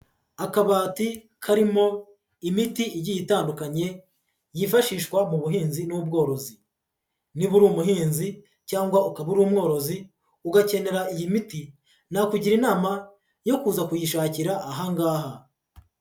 Akabati karimo imiti igiye itandukanye yifashishwa mu buhinzi n'ubworozi, niba uri umuhinzi cyangwa ukaba uri umworozi ugakenera iyi miti, nakugira inama yo kuza kuyishakira aha ngaha.